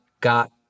got